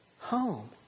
home